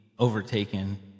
overtaken